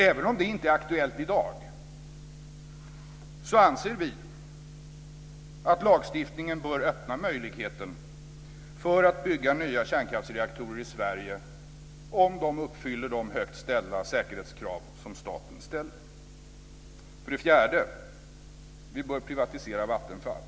Även om det inte är aktuellt i dag anser vi att lagstiftningen bör öppna möjligheten för att bygga nya kärnkraftsreaktorer i Sverige om de uppfyller de högt ställda säkerhetskrav som staten ställer. För det fjärde bör vi privatisera Vattenfall.